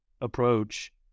approach